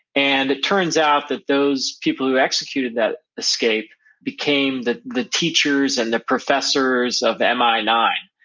and it turns out that those people who executed that escape became the the teachers and the professors of m i nine,